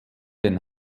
den